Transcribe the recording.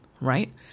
right